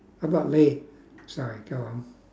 how about la~ sorry go on